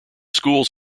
schools